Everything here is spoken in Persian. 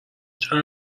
چند